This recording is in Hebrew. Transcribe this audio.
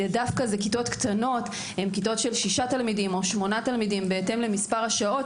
זה כיתות קטנות של שישה או שמונה תלמדים בהתאם למספר השעות.